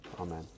Amen